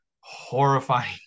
horrifying